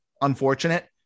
unfortunate